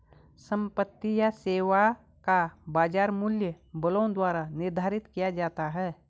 संपत्ति या सेवा का बाजार मूल्य बलों द्वारा निर्धारित किया जाता है